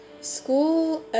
School